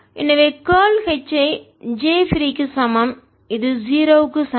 எனவே curl H ஐ J free க்கு சமம் இது 0 க்கு சமம்